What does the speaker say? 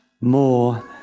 more